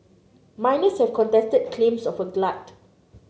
miners have contested claims of a glut